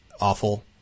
awful